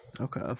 Okay